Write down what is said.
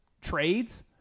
trades